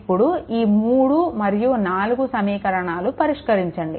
ఇప్పుడు ఈ 3 మరియు 4 సమీకరణాలు పరిష్కరించండి